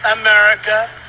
America